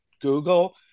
Google